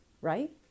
Right